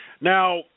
Now